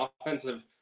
offensive